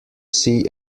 see